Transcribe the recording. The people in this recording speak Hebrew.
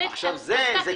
זה לא בסדר.